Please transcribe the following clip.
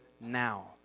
now